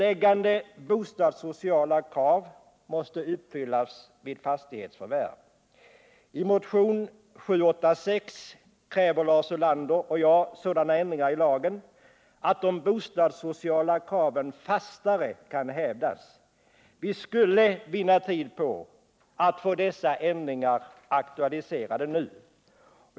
I motionen 786 kräver Lars Ulander och jag sådana ändringar i lagen att de bostadssociala kraven fastare kan hävdas. Vi skulle vinna tid på att få dessa ändringar aktualiserade nu.